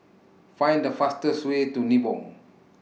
Find The fastest Way to Nibong